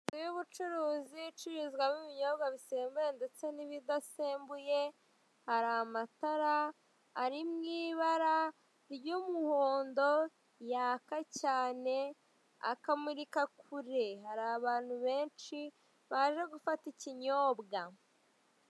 Inzu y'ubucuruzi icururizwamo ibinyobwa bisembuye ndetse n'ibidasembuye hari amatara ari mu ibara ry'umuhondo yaka cyane akamurika kure hari abantu benshi baje gufata ikinyobwa.